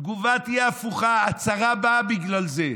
התגובה תהיה הפוכה, הצרה באה בגלל זה.